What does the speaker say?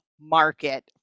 market